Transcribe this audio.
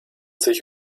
sich